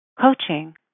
coaching